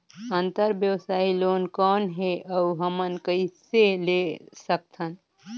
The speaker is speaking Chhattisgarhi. अंतरव्यवसायी लोन कौन हे? अउ हमन कइसे ले सकथन?